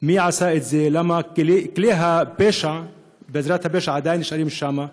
מי עשה את זה, כי כלי הפשע עדיין נשארו שם: